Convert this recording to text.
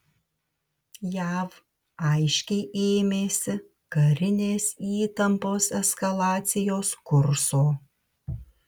jav aiškiai ėmėsi karinės įtampos eskalacijos kurso